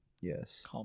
yes